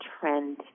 trend